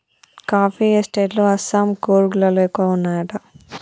coffee estate లు అస్సాం, కూర్గ్ లలో ఎక్కువ వున్నాయట